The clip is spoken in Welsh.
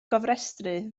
gofrestru